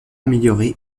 améliorée